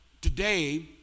today